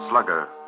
Slugger